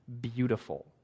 beautiful